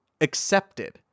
Accepted